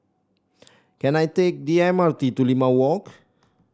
can I take the M R T to Limau Walk